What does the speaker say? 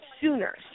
sooner